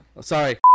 Sorry